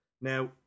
Now